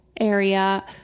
area